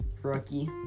Rookie